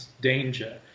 danger